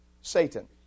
Satan